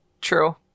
True